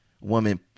woman